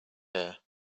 here